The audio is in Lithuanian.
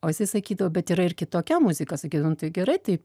o jisai sakydavo bet yra ir kitokia muzika sakytum nu tai gerai tai